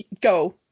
Go